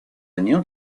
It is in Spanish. año